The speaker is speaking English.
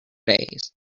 days